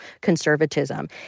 conservatism